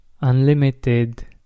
unlimited